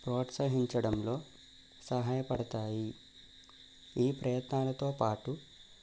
ప్రోత్సహించడంలో సహాయపడతాయి ఈ ప్రయత్నాలతో పాటు